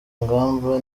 ngamba